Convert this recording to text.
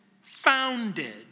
founded